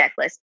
checklist